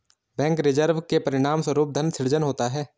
bank reserve के परिणामस्वरूप धन सृजन होता है